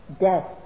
death